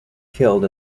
killed